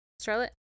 Charlotte